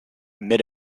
mid